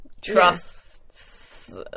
trusts